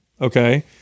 okay